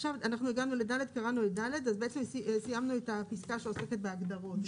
אז בעצם סיימנו את הפסקה שעוסקת בהגדרות.